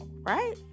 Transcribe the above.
right